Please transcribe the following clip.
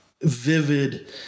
vivid